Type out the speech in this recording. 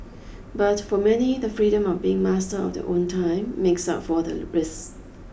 but for many the freedom of being master of their own time makes up for the risks